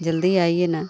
जल्दी आइए ना